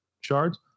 Shards